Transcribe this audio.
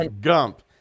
Gump